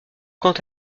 quant